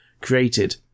created